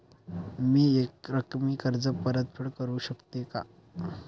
मी एकरकमी कर्ज परतफेड करू शकते का?